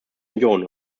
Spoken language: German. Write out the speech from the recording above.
union